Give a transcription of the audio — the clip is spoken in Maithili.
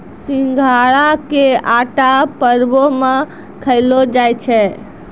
सिघाड़ा के आटा परवो मे खयलो जाय छै